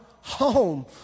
home